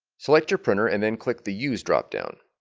select your printer and then click the use drop down